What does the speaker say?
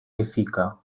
efika